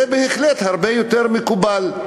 זה בהחלט הרבה יותר מקובל.